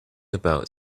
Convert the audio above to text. about